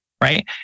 right